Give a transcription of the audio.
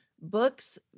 Books